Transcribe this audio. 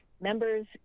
members